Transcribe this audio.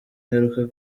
ngaruka